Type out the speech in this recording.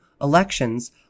elections